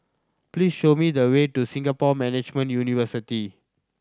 please show me the way to Singapore Management University